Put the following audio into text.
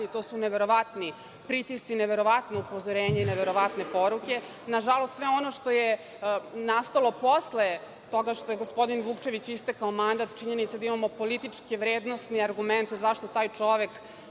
radi. To su neverovatni pritisci. Neverovatna upozorenja i neverovatne poruke. Na žalost, sve ono što je nastalo posle toga što je gospodinu Vukčeviću istekao mandat, činjenica da imamo političke vrednosti, argument zašto taj čovek